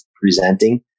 presenting